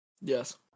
Yes